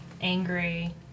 angry